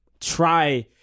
try